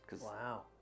Wow